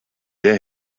der